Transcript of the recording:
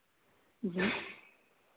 जी